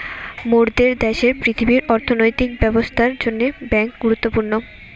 মোরদের দ্যাশের পৃথিবীর অর্থনৈতিক ব্যবস্থার জন্যে বেঙ্ক গুরুত্বপূর্ণ